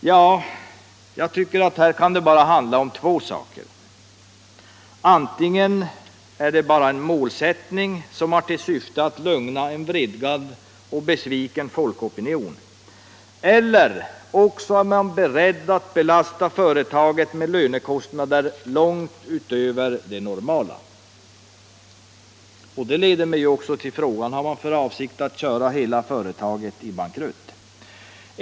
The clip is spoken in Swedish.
Jag tycker att det här bara kan handla om två saker. Antingen är det bara en målsättning som har till syfte att lugna en vredgad och besviken folkopinion eller också är man beredd att belasta företaget med lönekostnader långt utöver det normala. Det leder mig också till frågan om man har för avsikt att köra hela företaget i bankrutt.